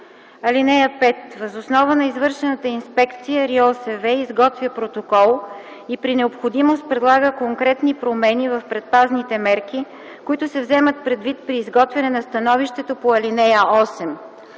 среда. (5) Въз основа на извършената инспекция РИОСВ изготвя протокол и при необходимост предлага конкретни промени в предпазните мерки, които се вземат предвид при изготвяне на становището по ал. 8.